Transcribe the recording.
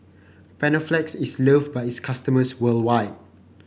panaflex is loved by its customers worldwide